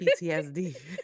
PTSD